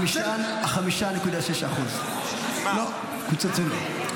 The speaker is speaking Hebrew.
5.6% קוצצו לו.